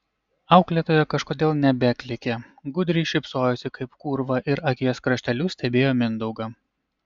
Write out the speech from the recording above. auklėtoja kažkodėl nebeklykė gudriai šypsojosi kaip kūrva ir akies krašteliu stebėjo mindaugą